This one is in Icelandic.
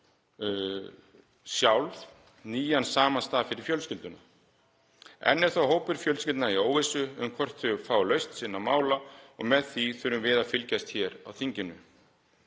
sjálft nýjan samastað fyrir fjölskylduna. Enn er þó hópur fjölskyldna í óvissu um hvort hann fái lausn sinna mála og með því þurfum við að fylgjast hér á þinginu.